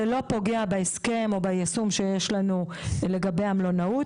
זה לא פוגע בהסכם או ביישום שיש לנו לגבי המלונאות,